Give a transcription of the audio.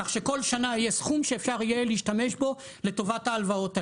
כך שכל שנה יהיה סכום שאפשר יהיה להשתמש בו לטובת ההלוואות האלה.